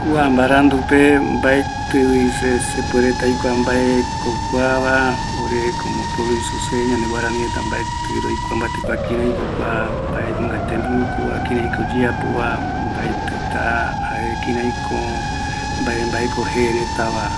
Kua mbarandupe, se mbaetɨvi se sepuereta mbaeko kua va, oreko isoseño guarani reta mbaetɨ roikua, kiraiko kua, mbanunga tembiu kova, kiraiko oyeapova, jare kiraiko, jare mbae mbaeko jee retava